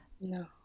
No